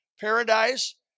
paradise